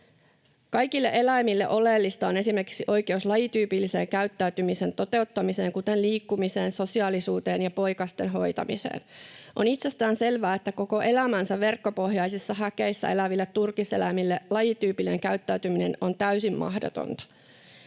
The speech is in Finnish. Kaikille eläimille oleellista on esimerkiksi oikeus lajityypillisen käyttäytymisen toteuttamiseen, kuten liikkumiseen, sosiaalisuuteen ja poikasten hoitamiseen. On itsestäänselvää, että koko elämänsä verkkopohjaisissa häkeissä eläville turkiseläimille lajityypillinen käyttäytyminen on täysin mahdotonta.